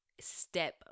step